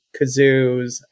kazoos